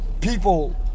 People